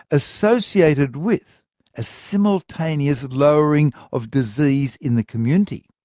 associated with a simultaneous lowering of disease in the community.